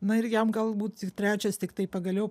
na ir jam galbūt tik trečias tiktai pagaliau